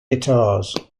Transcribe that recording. guitars